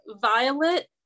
Violet